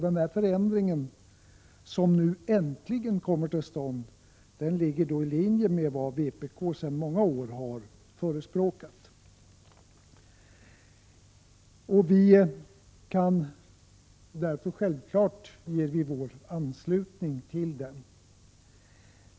Den förändringen — som nu äntligen kommer till stånd — ligger i linje med vad vpk sedan många år har förespråkat, och-vi kan därför självfallet ge vår anslutning till den.